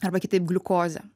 arba kitaip gliukozę